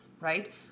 right